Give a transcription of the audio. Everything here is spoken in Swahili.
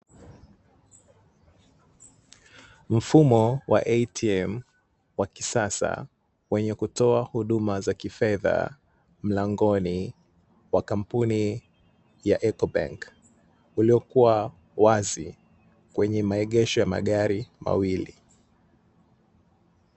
Mfumo wa "ATM" wa kisasa, wenye kutoa huduma za kifedha mlangoni wa kampuni ya "Ecobank", uliokuwa wazi kwenye maegesho ya magari mawili.